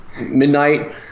Midnight